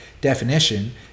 definition